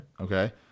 Okay